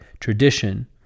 tradition